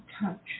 touch